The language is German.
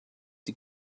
die